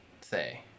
say